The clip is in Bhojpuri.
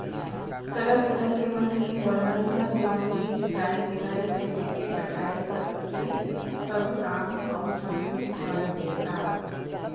तरह तरह के मशीन बनल ह जवन की जुताई, बुआई से लेके कटाई तकले सब काम कम समय में करदेता